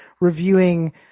reviewing